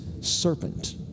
serpent